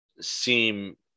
seem